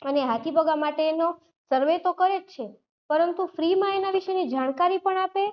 અને હાથીપગા માટેનો સર્વે તો કરે જ છે પરંતુ ફ્રીમાં એના વિશેની જાણકારી પણ આપે